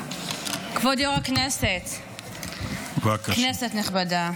כנסת נכבדה,